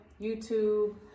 YouTube